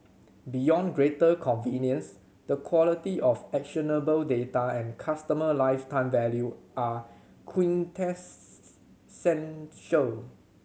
beyond greater convenience the quality of actionable data and customer lifetime value are quintessential